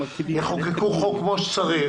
יחוקקו חוק כמו שצריך,